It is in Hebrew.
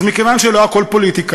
אז מכיוון שלא הכול פוליטיקה,